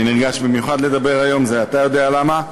אני נרגש במיוחד לדבר היום, זה, אתה יודע למה,